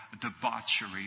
debauchery